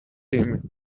team